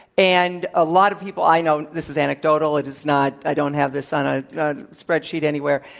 and a lot of people i know this is anecdotal. it is not i don't have this on a spreadsheet anywhere.